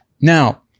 Now